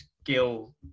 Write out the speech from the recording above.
skill